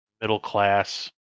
middle-class